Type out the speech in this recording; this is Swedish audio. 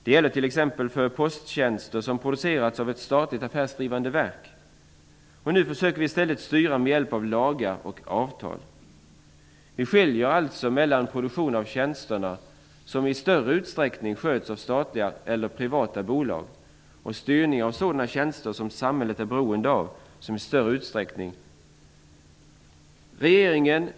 Det gäller t.ex. för posttjänster som producerats av ett statligt affärsdrivande verk. Nu försöker vi i stället styra med hjälp av lagar och avtal. Vi skiljer alltså mellan produktionen av tjänsterna, som i större utsträckning skall skötas av statliga eller privata bolag, och styrningen av sådana tjänster som samhället är beroende av, som i större utsträckning sköts genom lagar och avtal.